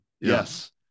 Yes